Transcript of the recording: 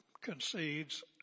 concedes